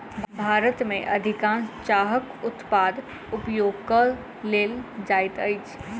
भारत में अधिकाँश चाहक उत्पाद उपयोग कय लेल जाइत अछि